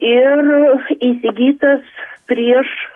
ir įsigytas prieš